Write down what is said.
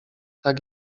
tak